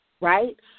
right